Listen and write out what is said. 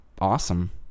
awesome